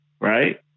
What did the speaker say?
right